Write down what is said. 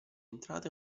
entrata